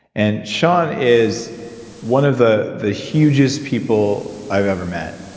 and sean is one of the the hugest people i've ever met,